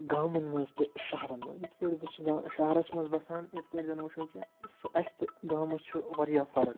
گامَن منٛز تہٕ شَہرَن منٛز یِتھ پٲٹھۍ بہٕ چھُس شَہرَس منٛز بَسان یِتھ پٲٹھۍ زَن وٕچھو کہِ سُہ اَسہِ تہٕ گامَس چھُ واریاہ فرق